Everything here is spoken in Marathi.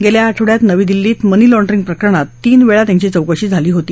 गेल्या आठवड्यात नवी दिल्लीत मनी लाँड्रिंग प्रकरणात तीन वेळा त्यांची चौकशी झाली होती